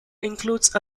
includes